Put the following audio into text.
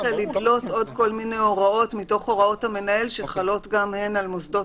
לדלות עוד כל מיני הוראות מתוך הוראות המנהל שחלות גם הן על מוסדות